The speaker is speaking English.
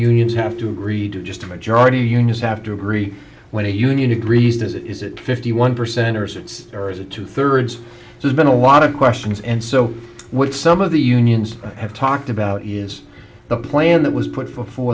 unions have to agree to just a majority the unions have to agree when a union agrees does it is it fifty one percent or sits or is it two thirds there's been a lot of questions and so what some of the unions have talked about is the plan that was put forth fo